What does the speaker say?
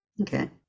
Okay